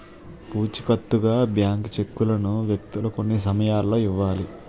పూచికత్తుగా బ్లాంక్ చెక్కులను వ్యక్తులు కొన్ని సమయాల్లో ఇవ్వాలి